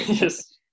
Yes